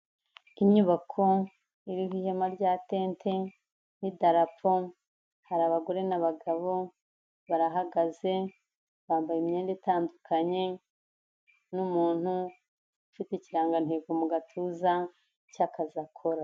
Inyubako irimo ihema rya tente n'idarapo, hari abagore n'abagabo, barahagaze, bambaye imyenda itandukanye, n'umuntu ufite ikirangantego mu gatuza cy'akazi akora.